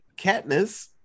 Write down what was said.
Katniss